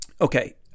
okay